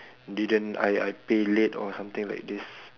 didn't I I pay late or something like this